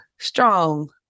strong